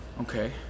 Okay